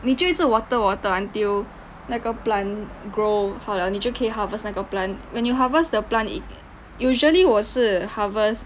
你就一直 water water until 那个 plant grow 好 liao 你就可以 harvest 那个 plant when you harvest the plant it usually 我是 harvest